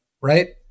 right